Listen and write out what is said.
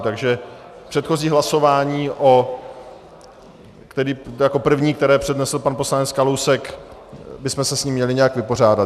Takže předchozí hlasování, tedy jako první, které přednesl pan poslanec Kalousek, bychom se s ním měli nějak vypořádat.